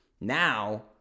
Now